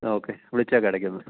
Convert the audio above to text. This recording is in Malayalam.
ഓക്കെ വിളിച്ചേക്കാം ഇടയ്ക്ക് ഒന്ന്